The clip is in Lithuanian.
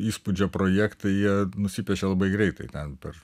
įspūdžio projektai jie nusipiešia labai greitai ten per